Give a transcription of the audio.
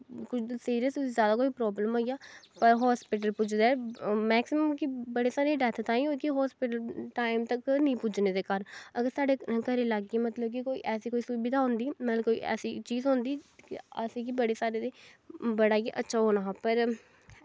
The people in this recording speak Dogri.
सिरियस जादा कोई प्रावलम होई जा पर हस्पिटल पुजदैं मैकसिमम की बड़े सारे डैथ तां ई होई की हस्पिटल टाईम तक नेंई पुज्जने दे कारन अगर साढ़े घरे दे लाग्गी कोई मतलव की कोई ऐसी सुविधा होंदी मतलव की कोई ऐसी चीज़ होंदी ते असें गी बड़े सारें दी बड़ा गै अच्छा होना हा पर